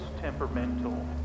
temperamental